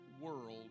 world